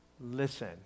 listen